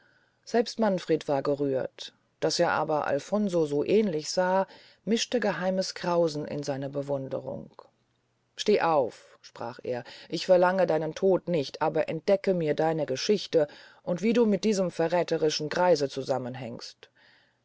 selbst manfred war gerührt daß er aber alfonso so ähnlich sah mischte geheimes grausen in seine bewunderung steh auf sprach er ich verlange deinen tod nicht aber entdecke mir deine geschichte und wie du mit diesem verrätherischen greise zusammenhängst